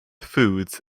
foods